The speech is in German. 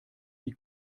die